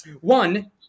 One